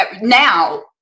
Now